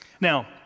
Now